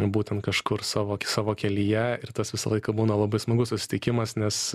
būtent kažkur savo a savo kelyje ir tas visą laiką būna labai smagus susitikimas nes